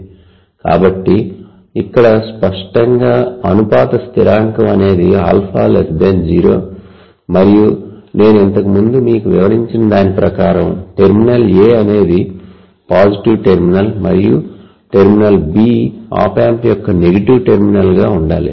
కాబట్టి ఇక్కడ స్పష్టంగా అనుపాత స్థిరాంకం అనేది α 0 మరియు నేను ఇంతకు ముందు మీకు వివరించిన దాని ప్రకారం టెర్మినల్ A అనేది పోజిటివ్ టెర్మినల్ మరియు టెర్మినల్ B ఆప్ ఆంప్ యొక్క నెగటివ్ టెర్మినల్గా ఉండాలి